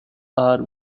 are